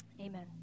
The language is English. Amen